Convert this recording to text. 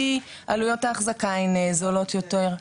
כי עלויות האחזקה הן זולות יותר.